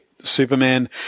superman